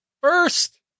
first